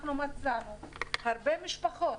אנחנו מצאנו הרבה משפחות,